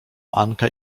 anka